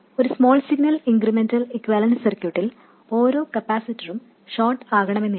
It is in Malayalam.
ഒരു സ്മോൾ സിഗ്നൽ ഇൻക്രിമെന്റൽ ഇക്യൂവാലെൻറ് സർക്യൂട്ടിൽ ഓരോ കപ്പാസിറ്ററും ഷോർട്ട് ആകണമെന്നില്ല